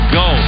go